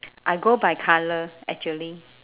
I go by colour actually